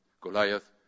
Goliath